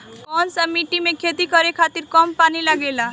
कौन सा मिट्टी में खेती करे खातिर कम पानी लागेला?